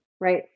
right